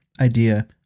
idea